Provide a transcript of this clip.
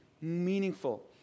meaningful